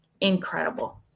incredible